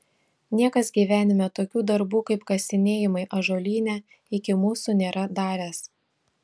niekas gyvenime tokių darbų kaip kasinėjimai ąžuolyne iki mūsų nėra daręs